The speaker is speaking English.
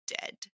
dead